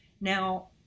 Now